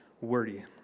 wordy